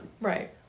Right